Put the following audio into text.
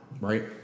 right